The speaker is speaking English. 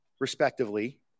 respectively